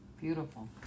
Beautiful